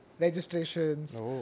registrations